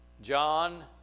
John